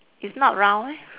it's not round meh